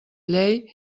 llei